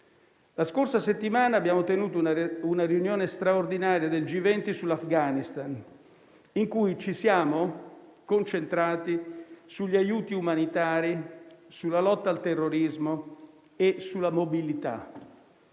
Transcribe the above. La scorsa settimana abbiamo tenuto una riunione straordinaria del G20 sull'Afghanistan, in cui ci siamo concentrati sugli aiuti umanitari, sulla lotta al terrorismo e sulla mobilità.